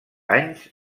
anys